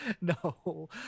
No